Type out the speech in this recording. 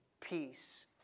peace